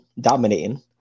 dominating